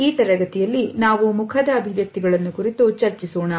ಈ ತರಗತಿಯಲ್ಲಿ ನಾವು ಮುಖದ ಅಭಿವ್ಯಕ್ತಿಗಳನ್ನು ಕುರಿತು ಚರ್ಚಿಸೋಣ